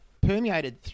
permeated